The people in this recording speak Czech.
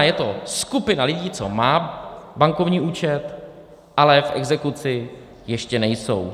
je to skupina lidí, co má bankovní účet, ale v exekuci ještě nejsou.